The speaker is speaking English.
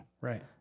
Right